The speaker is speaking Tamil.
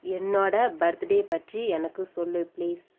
என்னோட பர்த்டே பற்றி எனக்கு சொல் ப்ளீஸ்